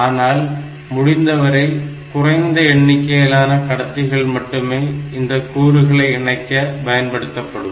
ஆனால் முடிந்தவரை குறைந்த எண்ணிக்கையிலான கடத்திகள் மட்டுமே இந்த கூறுகளை இணைக்க பயன்படுத்தப்படும்